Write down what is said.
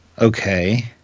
Okay